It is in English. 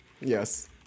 Yes